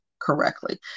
correctly